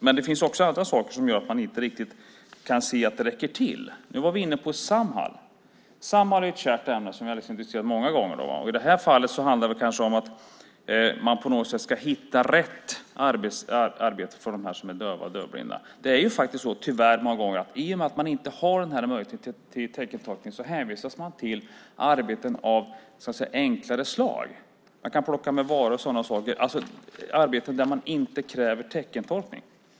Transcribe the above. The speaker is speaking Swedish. Men det finns också andra saker som gör att man inte riktigt kan se att det räcker till. Vi var inne på Samhall. Samhall är ett kärt ämne som vi har diskuterat många gånger. I det här fallet handlar det kanske om att man på något sätt ska hitta rätt arbete för dem som är döva och dövblinda. I och med att man inte har möjligheten till teckentolkning hänvisas man till arbeten av enklare slag. Man kan plocka med varor och sådana saker, alltså arbeten där man inte kräver teckentolkning.